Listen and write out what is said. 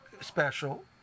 special